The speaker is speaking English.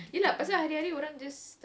he's not provoking